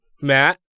Matt